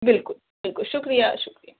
بالکل بالکل شکریہ شکریہ